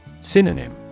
Synonym